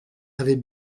avait